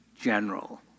general